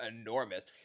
enormous